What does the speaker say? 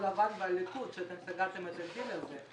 לבן והליכוד שאתם סגרתם את הדיל הזה.